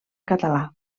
català